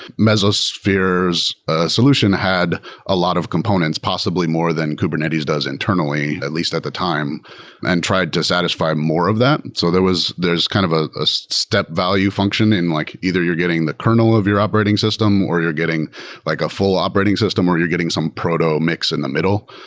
mesosphere's solution had a lot of components. possibly more than kubernetes does internally at least at the time and tried to satisfy more of that. so there's kind of ah step value functioning and like either you're getting the kernel of your operating system, or you're getting like a full operating system, or you're getting some proto mix in the middle.